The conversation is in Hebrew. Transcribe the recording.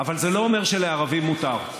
עודד פורר.